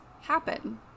happen